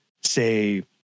say